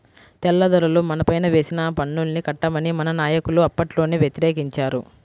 తెల్లదొరలు మనపైన వేసిన పన్నుల్ని కట్టమని మన నాయకులు అప్పట్లోనే వ్యతిరేకించారు